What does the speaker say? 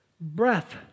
Breath